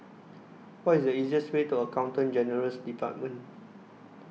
What IS The easiest Way to Accountant General's department